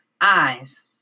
eyes